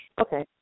Okay